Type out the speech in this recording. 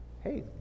Hey